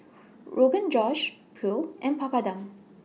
Rogan Josh Pho and Papadum